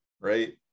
Right